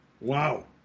Wow